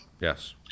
Yes